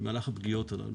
במהלך הפגיעות הללו.